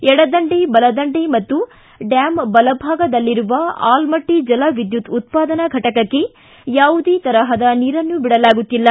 ಎಡದಂಡೆ ಬಲದಂಡೆ ಮತ್ತು ಡ್ಯಾಮ್ ಬಲಭಾಗದಲ್ಲಿರುವ ಆಲಮಟ್ಟಿ ಜಲ ವಿದ್ಯುತ್ ಉತ್ಪಾದನಾ ಫಟಕ ಕೈ ಯಾವುದೇ ತರಹದ ನೀರನ್ನು ಬಿಡಲಾಗುತ್ತಿಲ್ಲ